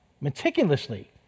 meticulously